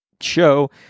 show